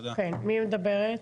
נשמע אותם.